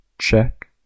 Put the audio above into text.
check